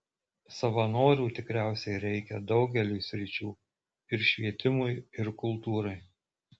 savanorių tikriausiai reikia daugeliui sričių ir švietimui ir kultūrai